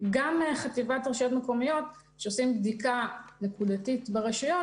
גם חטיבת רשויות מקומיות שעושה בדיקה נקודתית ברשויות,